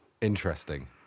Interesting